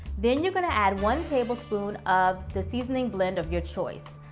then you're gonna add one tablespoon of the seasoning blend of your choice.